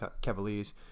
Cavaliers